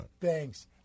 Thanks